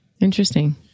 Interesting